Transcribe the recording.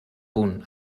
punt